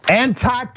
anti